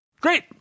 Great